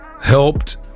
helped